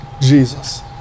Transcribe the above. Jesus